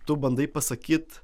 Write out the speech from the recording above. tu bandai pasakyt